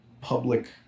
public